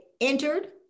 entered